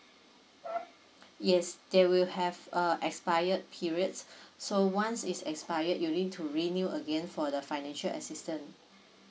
yes they will have a expired periods so once is expired you need to renew again for the financial assistant